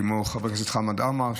כמו חבר הכנסת חמד עמאר,